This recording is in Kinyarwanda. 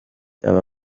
aba